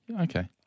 Okay